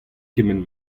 kement